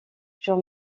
jean